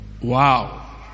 Wow